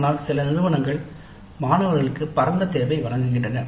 ஆனால் சில நிறுவனங்கள் மாணவர்களுக்கு பரந்த தேர்வை வழங்குகின்றன